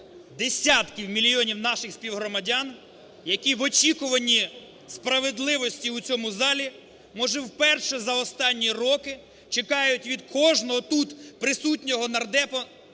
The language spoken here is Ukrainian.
десятків мільйонів наших співгромадян, які в очікуванні справедливості у цьому залі, може, вперше за останні роки чекають від кожного тут присутнього нардепа